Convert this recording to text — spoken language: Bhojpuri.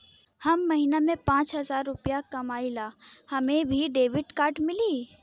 हम महीना में पाँच हजार रुपया ही कमाई ला हमे भी डेबिट कार्ड मिली?